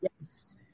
Yes